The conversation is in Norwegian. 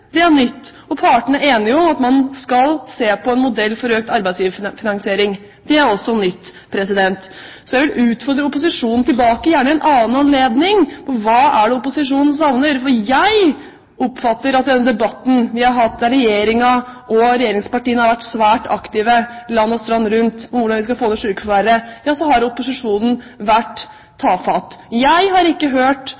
det er nytt, og partene er enige om at man skal se på en modell for økt arbeidsgiverfinansiering, det er også nytt. Jeg vil utfordre opposisjonen tilbake – gjerne ved en annen anledning – om hva det er opposisjonen savner. Jeg oppfatter at i denne debatten vi har hatt, der Regjeringen og regjeringspartiene har vært svært aktive land og strand rundt med hvordan vi skal få ned sykefraværet, har opposisjonen vært